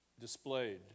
displayed